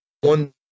one